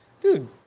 dude